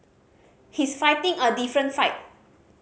he's fighting a different fight